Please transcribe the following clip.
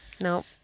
No